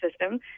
system